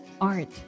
art